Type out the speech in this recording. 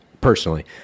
personally